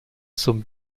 zum